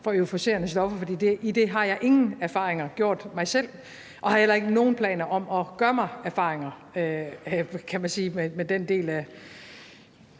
for euforiserende stoffer, for med det har jeg ingen erfaringer selv gjort, og jeg har heller ikke nogen planer om at gøre mig – kan man sige – erfaringer